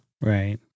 Right